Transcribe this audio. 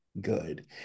good